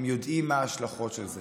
הם יודעים מה ההשלכות של זה,